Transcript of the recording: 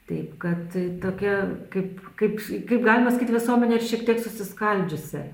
taip kad tokie kaip kaip kaip galima sakyt visuomenė šiek tiek susiskaldžiusi